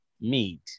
meat